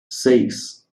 seis